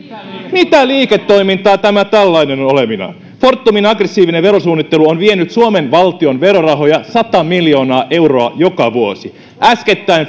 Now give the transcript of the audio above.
mitä liiketoimintaa tämä tällainen on olevinaan fortumin aggressiivinen verosuunnittelu on vienyt suomen valtion verorahoja sata miljoonaa euroa joka vuosi äskettäin